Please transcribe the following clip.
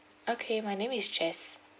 okay my name is jess